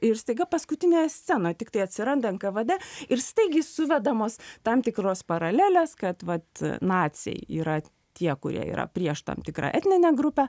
ir staiga paskutinėje scenoj tiktai atsiranda nkvd ir staigiai suvedamos tam tikros paralelės kad vat naciai yra tie kurie yra prieš tam tikrą etninę grupę